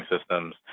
systems